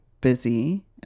busy